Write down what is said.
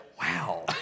Wow